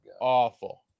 Awful